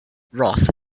roth